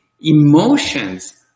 Emotions